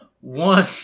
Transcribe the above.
One